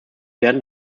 werden